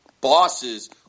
bosses